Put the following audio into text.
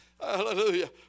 Hallelujah